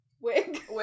wig